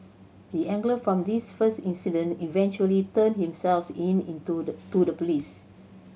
the angler from this first incident eventually turned himself in into the to the police